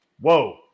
whoa